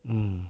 mm